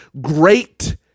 Great